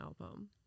album